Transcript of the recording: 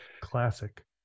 classic